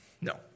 No